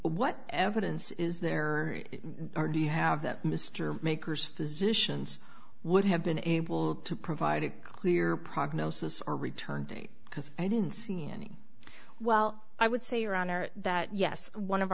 what evidence is there you have that mr maker's physicians would have been able to provide a clear prognosis or return date because i didn't see any well i would say your honor that yes one of